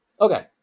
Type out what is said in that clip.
okay